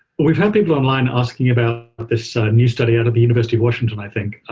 we've had people online asking about this new study out of the university of washington, i think,